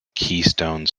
keystone